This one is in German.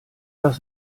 das